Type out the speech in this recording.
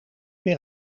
meer